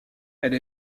elle